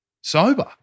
Sober